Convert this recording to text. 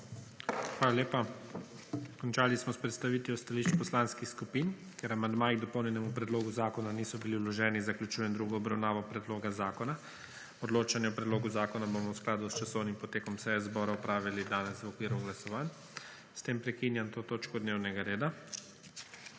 Hvala lepa. Končali smo s predstavitvijo stališč poslanskih skupin. Ker amandmaji k dopolnjenemu predlogu zakona niso bili vloženi, zaključujem drugo obravnavo predloga zakona. Odločanje o predlogu zakona bomo v skladu s časovnim potekom seje zbora opravili danes v okviru glasovanj. S tem prekinjam to točko dnevnega reda.